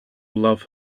love